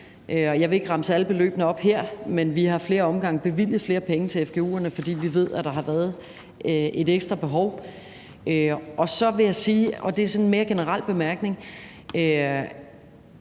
jeg vil ikke remse alle beløbene op her, men vi har ad flere omgange bevilget flere penge til fgu'erne, fordi vi ved, at der har været et ekstra behov. Så vil jeg sige, og det er sådan en mere generel bemærkning,